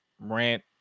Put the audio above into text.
rant